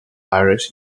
aires